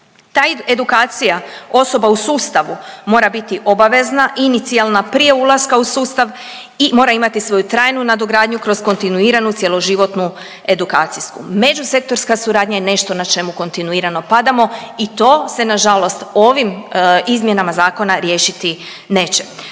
Ta edukacija osoba u sustavu mora biti obavezna, inicijalna prije ulaska u sustav i mora imati svoju trajnu nadogradnju kroz kontinuiranu cjeloživotnu edukacijsku. Međusektorska suradnja je nešto na čemu kontinuirano padamo i to se nažalost ovim izmjena zakona riješiti neće.